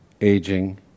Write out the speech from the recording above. aging